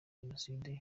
jenoside